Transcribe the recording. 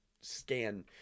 scan